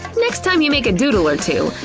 next time you make a doodle or two,